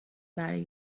برای